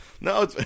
no